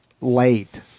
late